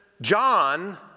John